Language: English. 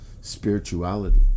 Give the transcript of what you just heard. spirituality